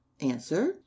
Answer